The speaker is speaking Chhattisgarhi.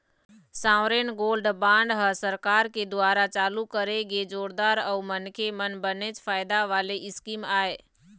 सॉवरेन गोल्ड बांड ह सरकार के दुवारा चालू करे गे जोरदार अउ मनखे मन बनेच फायदा वाले स्कीम आय